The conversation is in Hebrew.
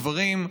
גברים,